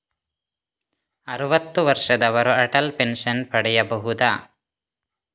ಅರುವತ್ತು ವರ್ಷದವರು ಅಟಲ್ ಪೆನ್ಷನ್ ಪಡೆಯಬಹುದ?